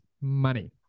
money